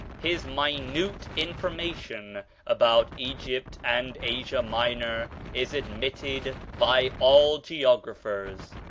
his minute information about egypt and asia minor is admitted by all geographers.